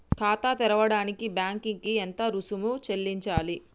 ఖాతా తెరవడానికి బ్యాంక్ కి ఎంత రుసుము చెల్లించాలి?